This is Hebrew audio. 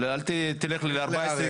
ולהגיד לו בוא תשב שם,